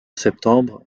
septembre